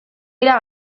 dira